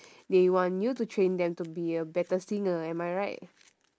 they want you to train them to be a better singer am I right